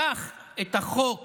לקח את החוק